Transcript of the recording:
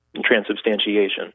Transubstantiation